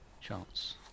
chance